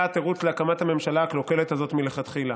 היה התירוץ להקמת הממשלה הקלוקלת הזאת מלכתחילה: